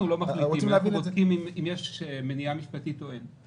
אנחנו בודקים אם יש מניעה משפטית או אין.